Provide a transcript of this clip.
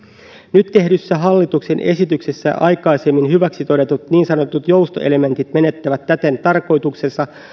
nyt tehdyssä hallituksen esityksessä aikaisemmin hyväksi todetut niin sanotut joustoelementit menettävät täten tarkoituksensa